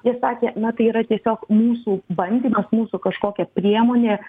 jie sakė na tai yra tiesiog mūsų bandymas mūsų kažkokia priemonė